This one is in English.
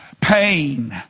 pain